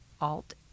Alt